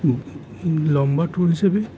লম্বা ট্যুর হিসেবে